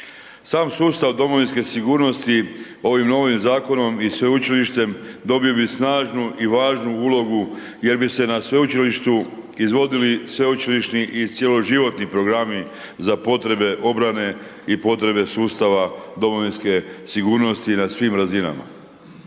Sam sustav domovinske sigurnosti ovim novim zakonom i sveučilištem dobio bi snažnu i važnu ulogu jer bi se na sveučilištu izvodili sveučilišni i cijeloživotni programi za potrebe obrane i potrebe sustava domovinske sigurnosti na svim razinama.